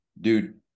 dude